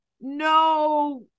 no